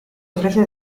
ofrece